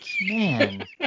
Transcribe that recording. man